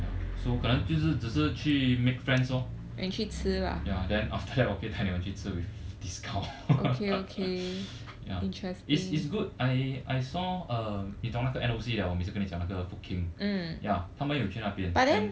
so 可能就是只是去 make friends lor ya then after that 我可以带你们去吃 with discount ya it's it's good I I saw uh 你懂那个 N_O_C hor 我每次跟你讲那个 food king ya 他们有去那边